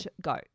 go